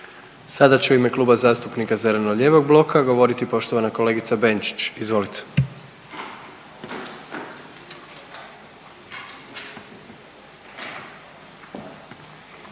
Sada će u ime Kluba zastupnika zeleno-lijevog bloka govoriti poštovana kolegica Benčić. Izvolite.